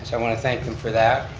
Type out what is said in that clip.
so want to thank him for that.